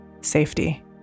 safety